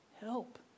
Help